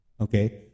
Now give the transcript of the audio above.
okay